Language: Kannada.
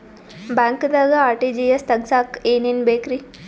ಬ್ಯಾಂಕ್ದಾಗ ಆರ್.ಟಿ.ಜಿ.ಎಸ್ ತಗ್ಸಾಕ್ ಏನೇನ್ ಬೇಕ್ರಿ?